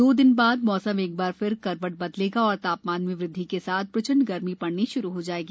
दो दिन बाद मौसम एक बार फिर करवट बदलेगा और ता मान में वृदधि के साथ प्रचंड गर्मी डऩी शुरू हो जाएगी